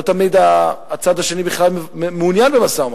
לא תמיד הצד השני בכלל מעוניין במשא-ומתן.